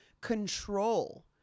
control